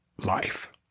life